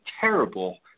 terrible